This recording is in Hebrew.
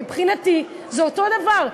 מבחינתי זה אותו דבר.